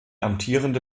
amtierende